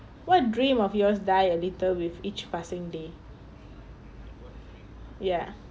what dream of yours die a little with each passing day ya